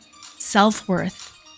self-worth